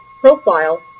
profile